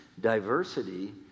diversity